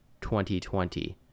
2020